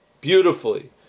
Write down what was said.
beautifully